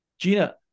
Gina